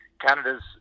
Canada's